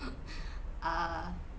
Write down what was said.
err